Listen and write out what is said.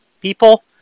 people